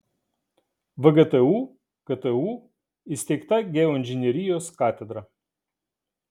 vgtu ktu įsteigta geoinžinerijos katedra